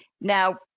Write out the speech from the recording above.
Now